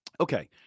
Okay